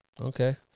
Okay